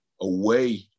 away